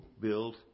build